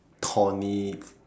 thorny